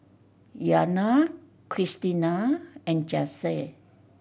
Iyana Kristina and Jase